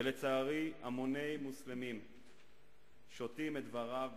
ולצערי המוני מוסלמים שותים את דבריו בשקיקה,